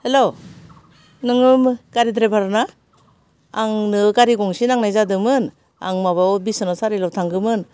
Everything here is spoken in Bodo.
हेलौ नोङो गारि ड्राइभार ना आंनो गारि गंसे नांनाय जादोंमोन आं माबायाव बिश्वानाथ सारियालियाव थांगौमोन